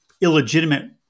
illegitimate